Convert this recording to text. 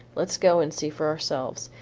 let's go and see for ourselves.